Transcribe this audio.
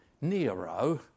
Nero